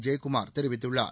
ஜெயக்குமார் தெரிவித்துள்ளார்